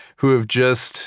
who have just